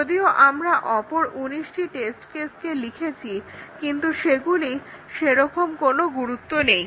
যদিও আমরা অপর 19 টি টেস্ট কেসকে লিখেছি কিন্তু সেগুলির সেরকম কোনো গুরুত্ব নেই